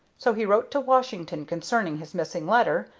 so he wrote to washington concerning his missing letter,